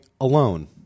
alone